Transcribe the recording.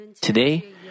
Today